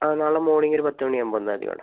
ആ നാളെ മോർണിംഗ് ഒരു പത്ത് മണിയാകുമ്പോൾ വന്നാൽ മതി മാഡം